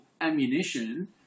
ammunition